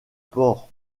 port